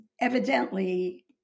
evidently